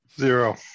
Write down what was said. Zero